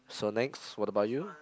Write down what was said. so next what about you